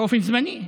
באופן זמני.